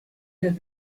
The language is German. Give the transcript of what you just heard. der